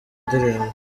ndirimbo